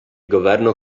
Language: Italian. governo